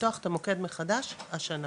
ולפתוח את המוקד מחדש השנה,